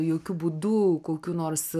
jokiu būdu kokių nors